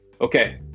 Okay